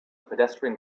pedestrian